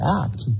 act